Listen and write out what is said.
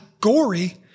gory